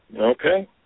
Okay